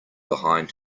behind